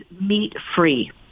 meat-free